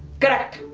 correct.